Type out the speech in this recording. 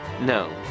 No